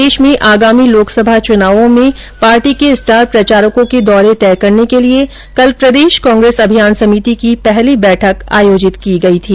प्रदेश में आगामी लोकसभा चुनावों में पार्टी के स्टार प्रचारकों के दौरे तय करने के लिए कल प्रदेश कांग्रेस अभियान समिति की पहली दैठक आयोजित की गई थी